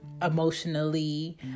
emotionally